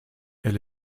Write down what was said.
elle